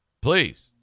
Please